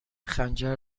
خنجر